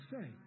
say